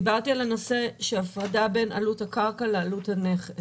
דיברתי על הנושא של הפרדה בין עלות הקרקע לעלות הנכס.